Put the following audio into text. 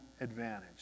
advantage